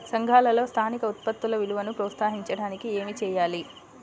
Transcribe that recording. సంఘాలలో స్థానిక ఉత్పత్తుల విలువను ప్రోత్సహించడానికి ఏమి చేయాలి?